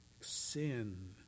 sin